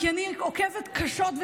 כי אני עוקבת קשות,